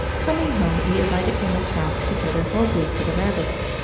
coming home we alighted from the trap to gather hogweed for the rabbits.